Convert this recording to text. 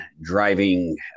driving